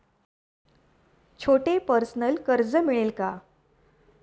छोटे पर्सनल कर्ज मिळेल का?